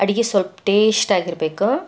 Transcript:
ಅಡುಗೆ ಸ್ವಲ್ಪ ಟೇಸ್ಟ್ ಆಗಿರ್ಬೇಕು